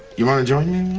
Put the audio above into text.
you want to join me